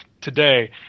today